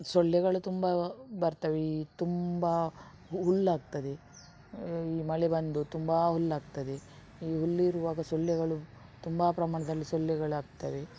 ಸೊಳ್ಳೆಗಳು ತುಂಬ ಬರ್ತವೆ ಈ ತುಂಬ ಹುಲ್ಲಾಗ್ತದೆ ಈ ಮಳೆ ಬಂದು ತುಂಬ ಹುಲ್ಲಾಗ್ತದೆ ಈ ಹುಲ್ಲು ಇರುವಾಗ ಸೊಳ್ಳೆಗಳು ತುಂಬ ಪ್ರಮಾಣದಲ್ಲಿ ಸೊಳ್ಳೆಗಳು ಆಗ್ತವೆ